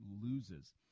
loses